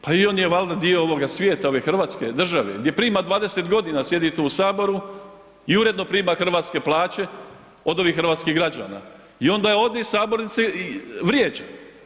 Pa i on je valjda dio ovog svijeta, ove hrvatske države, gdje prima 20 g., sjedi tu u Saboru i uredno prima hrvatske plaće od ovih hrvatskih građana i onda ovdje iz sabornice vrijeđa.